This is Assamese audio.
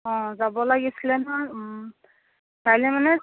অ' যাব লাগিছিলে নহয় কাইলৈ মানে